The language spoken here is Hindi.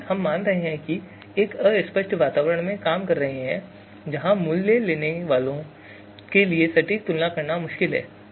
क्योंकि हम मान रहे हैं कि हम एक अस्पष्ट वातावरण में काम कर रहे हैं जहां निर्णय लेने वालों के लिए सटीक तुलना करना मुश्किल है